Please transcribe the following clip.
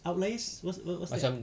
outliers what what's that